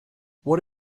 what